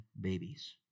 babies